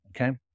okay